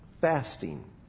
Fasting